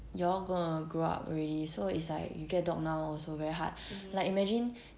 you all gonna grow up already so it's like you get dog now so very hard like imagine